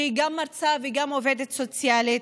שהיא גם מרצה וגם עובדת סוציאלית: